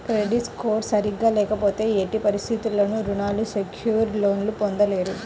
credit score సరిగ్గా లేకపోతే ఎట్టి పరిస్థితుల్లోనూ రుణాలు సెక్యూర్డ్ లోన్లు పొందలేరు